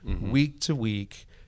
week-to-week